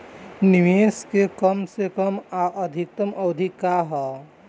निवेश के कम से कम आ अधिकतम अवधि का है?